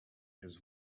his